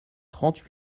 trente